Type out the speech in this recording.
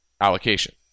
allocation